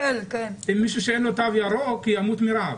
מישהו שאין לו תו ירוק ימות מרעב.